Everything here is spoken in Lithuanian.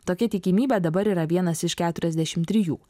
tokia tikimybė dabar yra vienas iš keturiasdešimt trijų